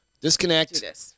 Disconnect